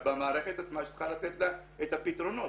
במערכת עצמה שצריכה לתת לה את הפתרונות.